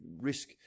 risk